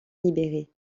libérés